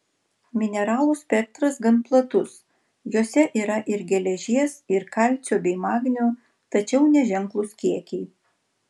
mineralų spektras gan platus jose yra ir geležies ir kalcio bei magnio tačiau neženklūs kiekiai